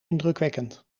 indrukwekkend